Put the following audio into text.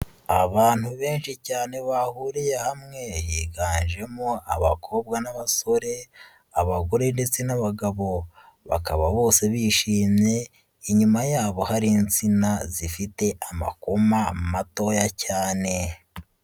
Abantu benshi cyane bahuriye hamwe, higanjemo abakobwa n'abasore, abagore ndetse n'abagabo, bakaba bose bishimye, inyuma yabo hari insina zifite amakoma matoya cyane.